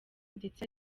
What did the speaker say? ndetse